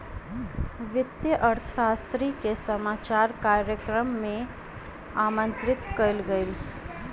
वित्तीय अर्थशास्त्री के समाचार कार्यक्रम में आमंत्रित कयल गेल